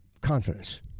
confidence